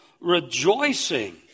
rejoicing